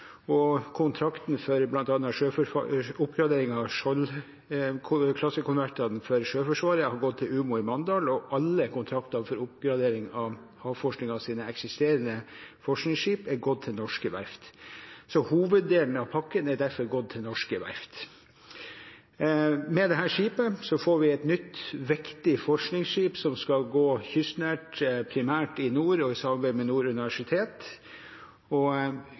Kontrakten for bl.a. oppgradering av Skjold-klassens korvetter for Sjøforsvaret har gått til Umoe Mandal, og alle kontrakter for oppgradering av havforskningens eksisterende forskningsskip har gått til norske verft. Hoveddelen av pakken har derfor gått til norske verft. Med dette skipet får vi et nytt, viktig forskningsskip som skal gå kystnært primært i nord og i samarbeid med Nord universitet.